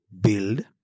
build